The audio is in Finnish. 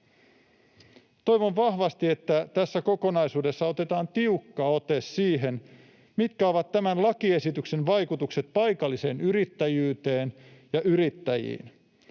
Toivon vahvasti, että tässä kokonaisuudessa otetaan tiukka ote siihen, mitkä ovat tämän lakiesityksen vaikutukset paikalliseen yrittäjyyteen ja yrittäjiin.